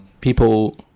people